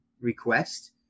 request